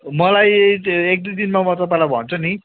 मलाई एकदुई दिनमा म तपाईँलाई भन्छु नि